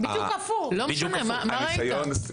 תסלחו לי,